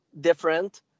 different